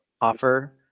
offer